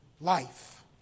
life